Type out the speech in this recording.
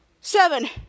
Seven